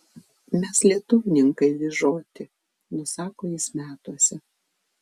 mes lietuvninkai vyžoti nusako jis metuose